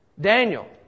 Daniel